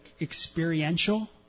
experiential